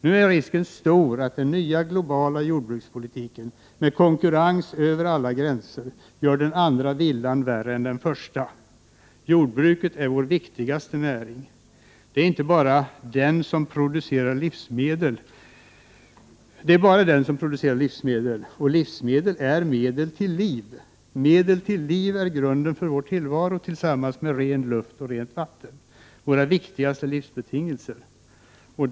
Nu är risken stor att den nya globala jordbrukspolitiken med konkurrens över alla gränser gör den andra villan värre än den första. Jordbruket är vår viktigaste näring. Det är bara den som producerar livsmedel, och livsmedel är medel till liv. Medel till liv är tillsammans med ren luft och rent vatten grunden för vår tillvaro och vår viktigaste livsbetingelse.